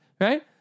right